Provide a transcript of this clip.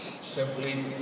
Simply